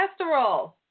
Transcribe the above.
cholesterol